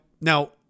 Now